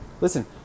Listen